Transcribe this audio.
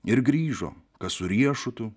ir grįžo kas su riešutu